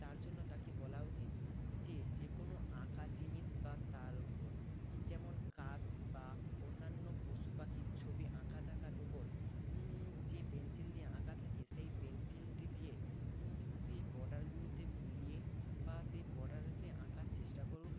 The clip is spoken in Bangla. তার জন্য তাকে বলা উচিত যে যে কোনও আঁকা জিনিস বা তার উপর যেমন কাক বা অন্যান্য পশু পাখির ছবি আঁকা থাকার উপর যে পেন্সিল দিয়ে আঁকা থাকে সেই পেন্সিলটি দিয়ে সেই বর্ডারগুলিতে বুলিয়ে বা সেই বর্ডারেতে আঁকার চেষ্টা করুক